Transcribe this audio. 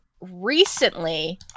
recently